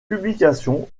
publication